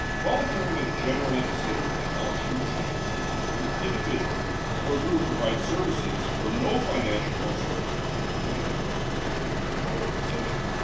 volunteering is generally considered an altruistic activity, where the individual or group provides services for no financial or social gain to benefit another person, group, um or or organization.